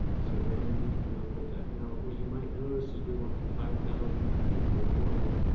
so we're going to need to come up with that. now what you might notice as we went from five thousand, in your one,